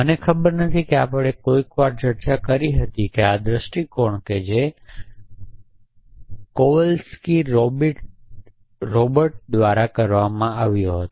મને ખબર નથી કે આપણે કોઈક વાર ચર્ચા કરી હતી કે આ દૃષ્ટિકોણ જે કોવલ્સ્કી રોબર્ટ દ્વારા કરવામાં આવ્યો હતો